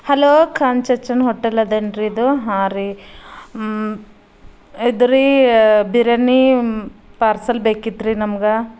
hello Khan ಚಾಚಾನ hotel ಅದೇನ್ರಿ ಇದು ಹಾಂ ರೀ ಇದು ರೀ ಬಿರ್ಯಾನಿ ಪಾರ್ಸೆಲ್ ಬೇಕಿತ್ರಿ ನಮ್ಗೆ